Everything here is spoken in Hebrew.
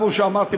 כמו שאמרתי,